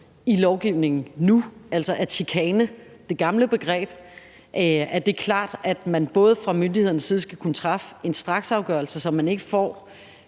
i lovgivningen nu, altså chikane, det gamle begreb. Det er klart, at myndighederne skal kunne træffe en straksafgørelse, så kontakten